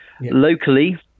Locally